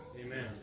Amen